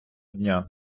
дня